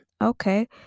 okay